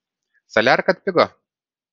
saliarka atpigo